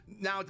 now